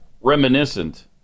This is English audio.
reminiscent